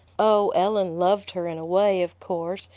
oh, ellen loved her in a way, of course,